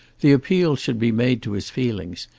the appeal should be made to his feelings,